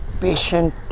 patient